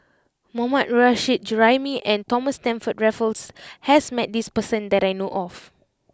Mohammad Nurrasyid Juraimi and Thomas Stamford Raffles has met this person that I know of